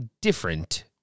different